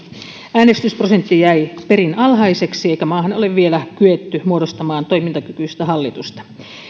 äänestysprosentti jäi perin alhaiseksi eikä maahan ole vielä kyetty muodostamaan toimintakykyistä hallitusta